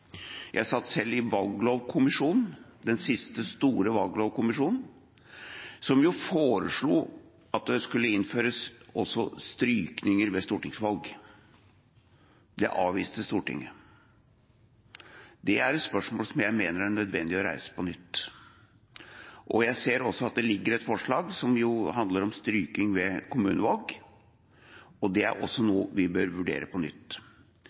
Jeg satt selv i valglovkommisjonen, den siste store valglovkommisjonen, som foreslo at det skulle innføres strykninger også ved stortingsvalg. Det avviste Stortinget. Det er et spørsmål som jeg mener det er nødvendig å reise på nytt. Jeg ser også at det ligger et forslag til behandling som handler om strykning ved kommunevalg, og det er også noe vi bør vurdere på nytt,